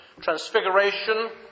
Transfiguration